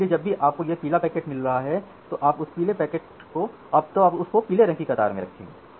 इसलिए जब भी आपको एक पीला पैकेट मिल रहा है तो आप उसे पीले रंग की कतार में रखेंगे